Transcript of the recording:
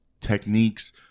techniques